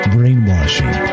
Brainwashing